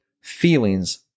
Feelings